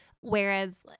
whereas